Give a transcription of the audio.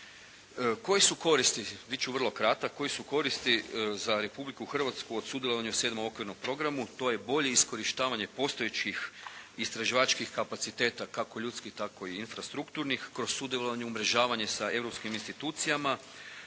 Koje su koristi za Republiku Hrvatsku od sudjelovanje u Sedmom okvirnom programu? To je bolje iskorištavanje postojećih istraživačkih kapaciteta kako ljudskih tako i infrastrukturnih kroz sudjelovanje, umrežavanje sa europskim institucijama,